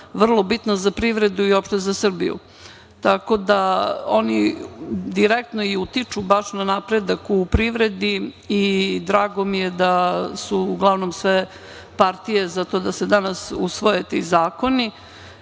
vrlo bitna za privredu i uopšte za Srbiju. Tako da, oni direktno i utiču baš na napredak u privredi i drago mi je da su uglavnom sve partije za to da se danas usvoje ti zakoni. Ono